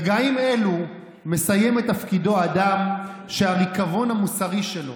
ברגעים אלו מסיים את תפקידו אדם שהריקבון המוסרי שלו,